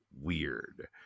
weird